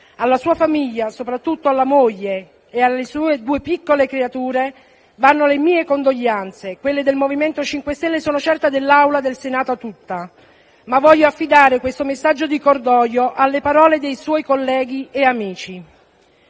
Alla sua famiglia, soprattutto alla moglie e alle sue due piccole creature, vanno le mie condoglianze, quelle del MoVimento 5 Stelle e - sono certa - dell'Aula del Senato tutta. Voglio affidare questo messaggio di cordoglio alle parole dei suoi colleghi e amici.